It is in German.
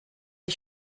die